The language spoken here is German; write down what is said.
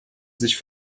sich